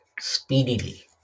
speedily